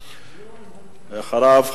ואחריו,